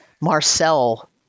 Marcel